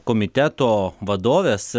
komiteto vadovės